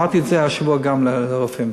אבל הרופאים